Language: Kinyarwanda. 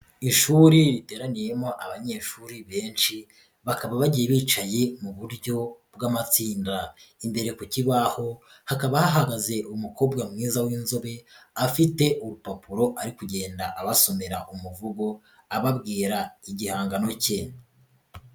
Ishuri riteraniyemo abanyeshuri benshi bakaba bagiye bicaye mu buryo bw'amatsinda, imbere ku kibaho hakaba hahagaze umukobwa mwiza w'inzobe afite urupapuro ari kugenda abasomerara umuvugo ababwira igihangano ke.